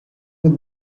with